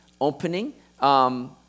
opening